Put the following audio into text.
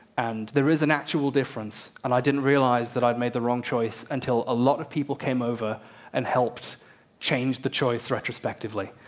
and there is an actual difference, and i didn't realize i made the wrong choice until a lot of people came over and helped change the choice retrospectively.